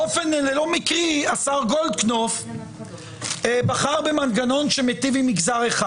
באופן לא מקרי השר גולדקנופף בחר במנגנון שמיטיב עם מגזר אחד.